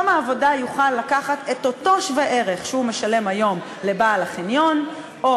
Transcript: לקחת את אותו שווה-ערך שהוא משלם היום לבעל החניון או